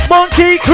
Monkey